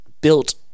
built